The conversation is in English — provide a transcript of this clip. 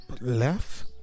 left